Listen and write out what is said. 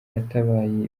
yatabaye